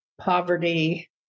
poverty